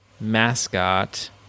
mascot